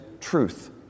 truth